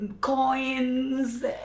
coins